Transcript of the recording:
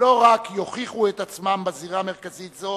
לא רק יוכיחו את עצמם בזירה מרכזית זו,